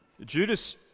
Judas